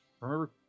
Remember